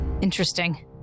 Interesting